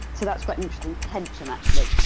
so that's quite an interesting tension actually.